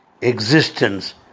existence